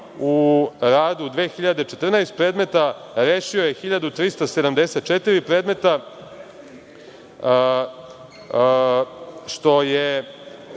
u radu 2.014 predmeta, rešio je 1.374 predmeta. Imao je